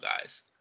guys